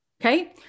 okay